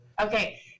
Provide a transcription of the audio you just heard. okay